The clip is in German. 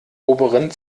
oberen